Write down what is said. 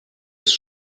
ist